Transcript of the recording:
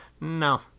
No